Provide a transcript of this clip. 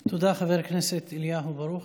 תודה, חבר הכנסת אליהו ברוכי.